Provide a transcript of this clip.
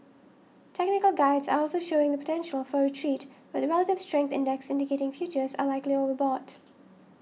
technical guides are also showing the potential for a retreat with relative strength index indicating futures are likely overbought